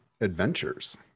adventures